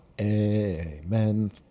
amen